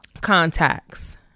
contacts